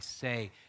say